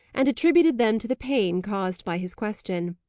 and attributed them to the pain caused by his question.